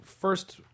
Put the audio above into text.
first